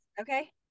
okay